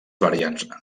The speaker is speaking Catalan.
variants